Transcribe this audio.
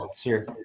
sure